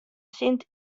sint